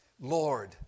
Lord